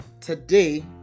today